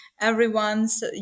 everyone's